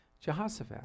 Jehoshaphat